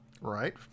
Right